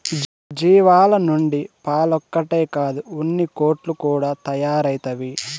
జీవాల నుంచి పాలొక్కటే కాదు ఉన్నికోట్లు కూడా తయారైతవి